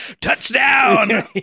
Touchdown